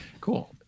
Cool